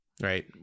right